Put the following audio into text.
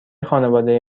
خانواده